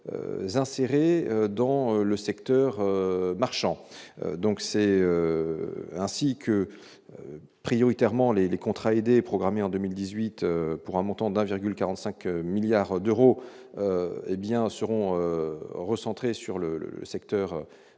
insérer dans le secteur marchand, donc c'est ainsi que prioritairement les les contrats aidés, programmée en 2018, pour un montant d'1,45 milliard d'euros, hé bien seront recentrés sur le le secteur non marchand